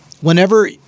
whenever